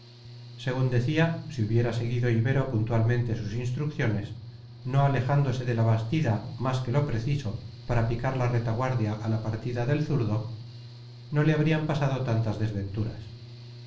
según decía si hubiera seguido ibero puntualmente sus instrucciones no alejándose de la bastida más que lo preciso para picar la retaguardia a la partida del zurdo no le habrían pasado tantas desventuras